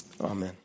amen